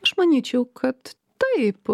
aš manyčiau kad taip